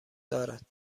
دارد